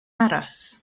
aros